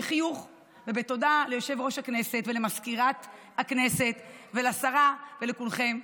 בחיוך ובתודה ליושב-ראש הכנסת ולמזכירת הכנסת ולשרה ולכולכם,